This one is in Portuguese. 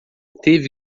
teve